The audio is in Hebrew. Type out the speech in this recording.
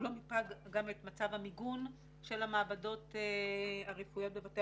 הוא לא מיפה גם את מצב המיגון של המעבדות הרפואיות בבתי